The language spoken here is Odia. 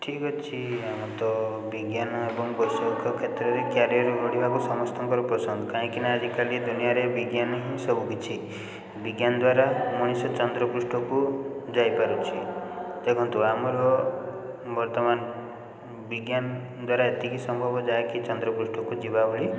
ଠିକ୍ ଅଛି ଆମର ତ ବିଜ୍ଞାନ ଏବଂ ବୈଷୟିକ କ୍ଷେତ୍ରରେ କ୍ୟାରିୟର୍ ଗଢ଼ିବାକୁ ସମସ୍ତଙ୍କର ପସନ୍ଦ କାଇଁକିନା ଆଜିକାଲି ଦୁନିଆରେ ବିଜ୍ଞାନ ହିଁ ସବୁକିଛି ବିଜ୍ଞାନ ଦ୍ୱାରା ମଣିଷ ଚନ୍ଦ୍ରପୃଷ୍ଠକୁ ଯାଇପାରୁଛି ଦେଖନ୍ତୁ ଆମର ବର୍ତ୍ତମାନ ବିଜ୍ଞାନ ଦ୍ୱାରା ଏତିକି ସମ୍ଭବ ଯାହାକି ଚନ୍ଦ୍ରପୃଷ୍ଠକୁ ଯିବା ପାଇଁ